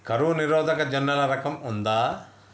కరువు నిరోధక జొన్నల రకం ఉందా?